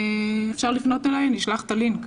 אפשר לפנות אלי, אני אשלח את הלינק.